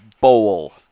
bowl